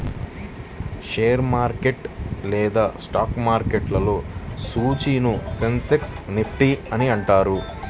share market లేదా stock మార్కెట్లో సూచీలను సెన్సెక్స్, నిఫ్టీ అని అంటారు